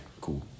cool